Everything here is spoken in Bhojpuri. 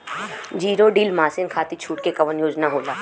जीरो डील मासिन खाती छूट के कवन योजना होला?